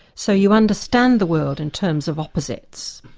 so you understand the world in terms of opposites,